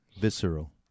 visceral